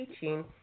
teaching